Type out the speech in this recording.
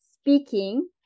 speaking